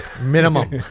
minimum